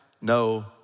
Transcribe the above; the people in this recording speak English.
no